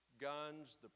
guns